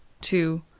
two